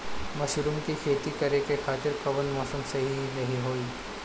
Mushroom के खेती करेके खातिर कवन मौसम सही होई?